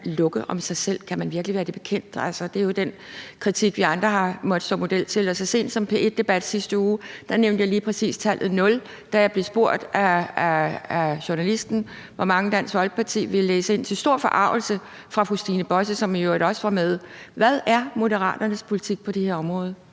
lukke om sig selv. Kan man virkelig være det bekendt? Det er jo den kritik, vi andre har måttet stå model til. Og så sent som i P1 Debat i sidste uge nævnte jeg lige præcis tallet 0, da jeg blev spurgt af journalisten, hvor mange Dansk Folkeparti ville lukke ind, til stor forargelse for fru Stine Bosse, som i øvrigt også var med. Hvad er Moderaternes politik på det her område?